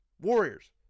Warriors